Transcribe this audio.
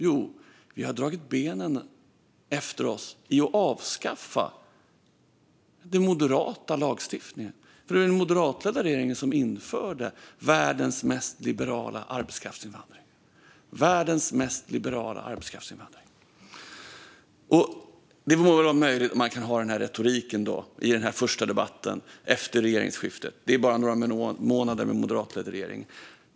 Jo, vi har dragit benen efter oss i fråga om att avskaffa den moderata lagstiftningen. Det var den moderatledda regeringen som införde världens mest liberala arbetskraftsinvandring - världens mest liberala arbetskraftsinvandring. Det må vara möjligt att man kan ha den här retoriken i den första debatten efter regeringsskiftet - det är bara några månader med en moderatledd regering.